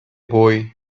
boy